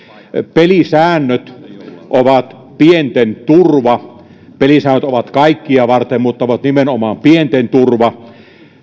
pelisäännöt ovat pienten turva pelisäännöt ovat kaikkia varten mutta ovat nimenomaan pienten turva